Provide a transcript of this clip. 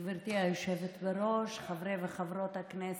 גברתי היושבת-ראש, חברי וחברות הכנסת,